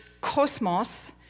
cosmos